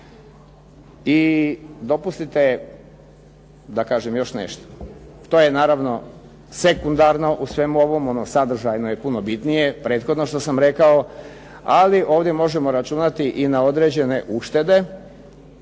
I dopustite da kažem još nešto. To je naravno sekundarno u svemu ovom, ono sadržajno je puno bitnije, prethodno što sam rekao, ali ovdje možemo računati i na određene uštede.